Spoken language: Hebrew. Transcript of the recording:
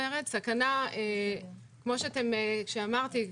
כמו שאמרתי,